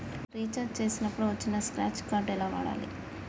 Recharge చేసినప్పుడు వచ్చిన scratch card ఎలా వాడాలి?